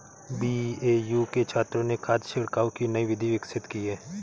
BAU के छात्रों ने खाद छिड़काव की नई विधि विकसित की है